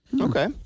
Okay